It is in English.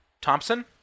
Thompson